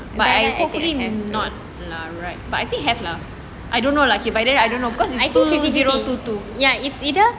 but I hopefully not lah right but I think have lah I don't know like but then I don't know because it's two zero two two